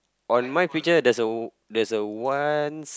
on my picture there's a there's a ones